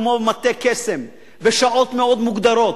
כמו מטה קסם, בשעות מאוד מוגדרות,